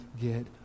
get